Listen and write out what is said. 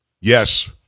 Yes